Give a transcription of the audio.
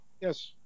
Yes